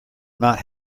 not